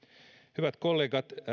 hyvät kollegat